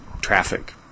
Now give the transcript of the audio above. traffic